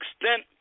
extent